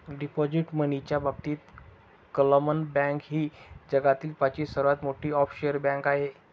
deposit मनीच्या बाबतीत क्लामन बँक ही जगातील पाचवी सर्वात मोठी ऑफशोअर बँक आहे